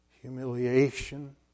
humiliation